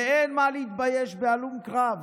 ואין מה להתבייש בהלום קרב